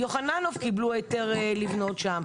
יוחננוף קיבלו היתר לבנות שם.